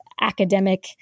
academic